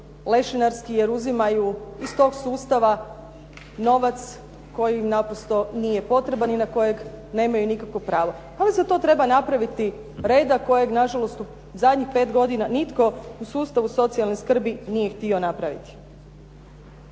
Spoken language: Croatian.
lešinarski jer uzimaju iz tog sustava novac koji im naprosto nije potreban i na kojeg nemaju nikakvo pravo. Ali za to treba napraviti reda kojeg nažalost u zadnjih pet godina nitko u sustavu socijalne skrbi nije htio napraviti.